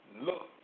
look